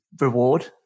Reward